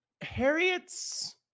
Harriet's